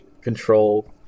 control